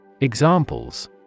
Examples